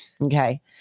okay